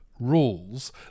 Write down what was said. rules